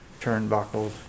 turnbuckles